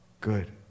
good